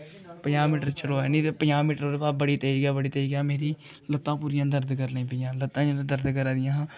पंजाह् मीटर चलोऐ निं ते पंजाह् मीटर दे बाद बड़ी तेज़ गेआ बड़ी तेज़ गेआ मेरी लत्तां पूरियां दर्द करन लगी पेइयां लत्तां जेल्लै दर्द करा दियां हियां